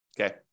Okay